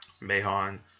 Mahon